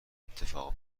اتفاق